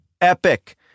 epic